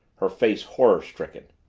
her face horror-stricken.